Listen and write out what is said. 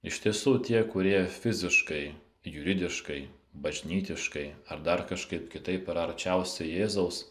iš tiesų tie kurie fiziškai juridiškai bažnytiškai ar dar kažkaip kitaip yra arčiausiai jėzaus